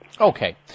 Okay